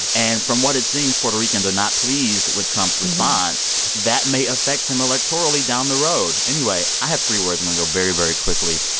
and from what it seems, puerto ricans are not pleased with trump's response. that may affect him electorally down the road anyway, i have three words. i'm going to go very, very quickly.